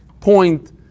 point